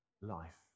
Life